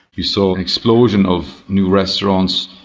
you saw an explosion of new restaurants,